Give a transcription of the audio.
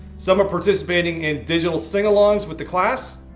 some are participating in digital sing-alongs with the class.